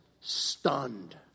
stunned